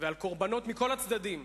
ועל קורבנות מכל הצדדים,